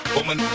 Woman